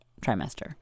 trimester